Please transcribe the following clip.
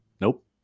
Nope